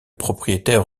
propriétaire